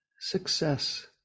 success